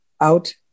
out